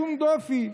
שום דופי.